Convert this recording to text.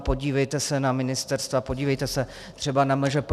Podívejte se na ministerstva, podívejte se třeba na MŽP.